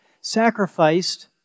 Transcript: sacrificed